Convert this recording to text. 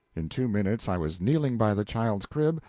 in two minutes i was kneeling by the child's crib,